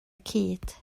cyd